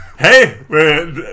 Hey